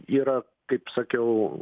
yra kaip sakiau